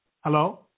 Hello